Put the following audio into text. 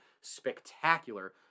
spectacular